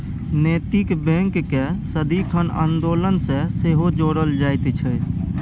नैतिक बैंककेँ सदिखन आन्दोलन सँ सेहो जोड़ल जाइत छै